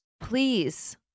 Please